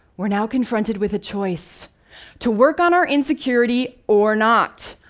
we're now confronted with a choice to work on our insecurity or not.